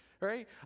Right